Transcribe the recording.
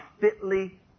fitly